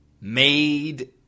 made